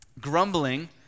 grumbling